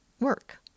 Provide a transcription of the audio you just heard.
work